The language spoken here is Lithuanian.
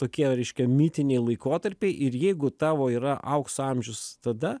tokie reiškia mitiniai laikotarpiai ir jeigu tavo yra aukso amžius tada